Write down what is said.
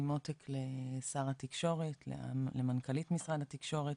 עם עותק לשר התקשורת, למנכ"לית משרד התקשורת.